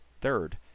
Third